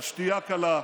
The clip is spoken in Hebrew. על שתייה קלה,